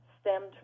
stemmed